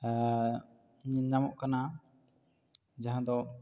ᱧᱮᱞ ᱧᱟᱢᱚᱜ ᱠᱟᱱᱟ ᱡᱟᱦᱟᱸ ᱫᱚ